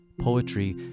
Poetry